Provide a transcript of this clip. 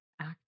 Act